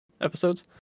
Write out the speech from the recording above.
episodes